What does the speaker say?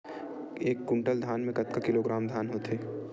एक कुंटल धान में कतका किलोग्राम धान होथे?